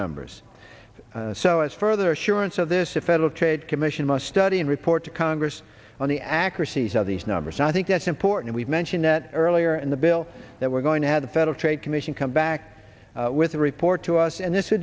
numbers so as further assurance of this a federal trade commission must study and report to congress on the accuracies of these numbers and i think that's important we've mentioned that earlier in the bill that we're going to have the federal trade commission come back with a report to us and this